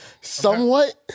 somewhat